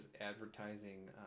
advertising